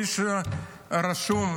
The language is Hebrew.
מי שרשום,